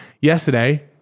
Yesterday